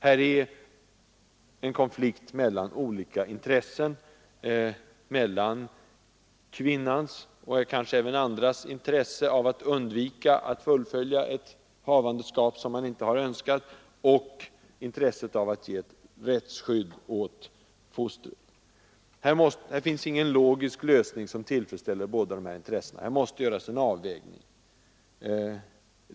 Här är en konflikt mellan olika intressen, mellan kvinnans och kanske även andras intresse av att undvika att fullfölja ett havandeskap som inte är önskat och intresset av att ge ett rättsskydd åt fostret. Det finns ingen logisk lösning som tillfredsställer båda de intressena; här måste göras en avvägning.